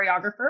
choreographer